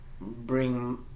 bring